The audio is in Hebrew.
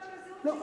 לא,